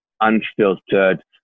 unfiltered